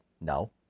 No